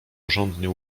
porządnie